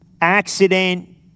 accident